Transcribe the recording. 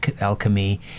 alchemy